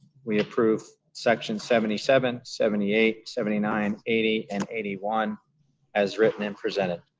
we approve section seventy seven, seventy eight, seventy nine, eighty, and eighty one as written and presented.